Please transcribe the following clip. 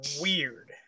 weird